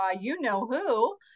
you-know-who